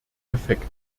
defekt